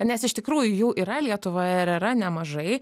nes iš tikrųjų jų yra lietuvoje ir yra nemažai